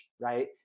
right